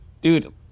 dude